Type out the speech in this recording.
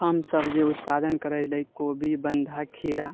हम सभ जे उत्पादन करै लए कोबी बन्धा खीरा